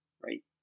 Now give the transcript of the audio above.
right